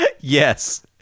Yes